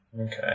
Okay